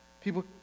People